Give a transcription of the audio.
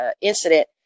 incident